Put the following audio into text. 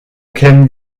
kämen